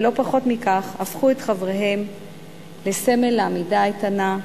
ולא פחות מכך, הפכו את חבריהם לסמל לעמידה איתנה,